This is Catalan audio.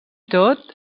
tot